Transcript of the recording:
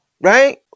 Right